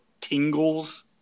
tingles